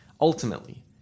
Ultimately